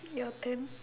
your turn